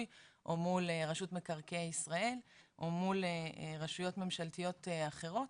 או מול רשות מקרקעי ישראל או מול רשויות ממשלתיות אחרות.